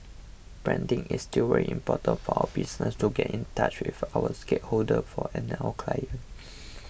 branding is still very important for our business to get in touch with our stakeholders for and our clients